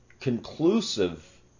conclusive